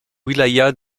wilaya